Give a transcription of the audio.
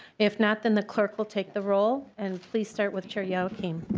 if nont the clerk will take the roll and please start with chair youakim.